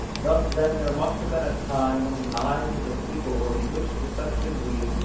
thus then there must have been a time, when the eyes of the people were bewitched to such a degree,